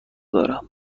دارم